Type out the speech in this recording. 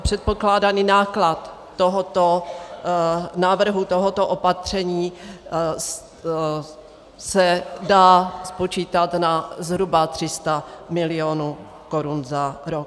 Předpokládaný náklad tohoto návrhu, tohoto opatření, se dá spočítat na zhruba 300 milionů Kč za rok.